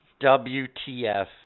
WTF